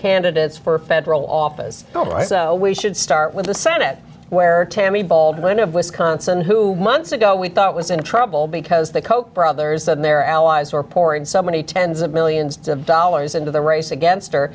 candidates for federal office so we should start with the senate where tammy baldwin of wisconsin who months ago we thought was in trouble because the koch brothers and their allies are pouring so many tens of millions of dollars into the race against her